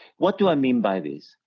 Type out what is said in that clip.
what do i mean by this?